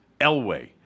Elway